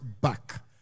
back